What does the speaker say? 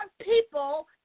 people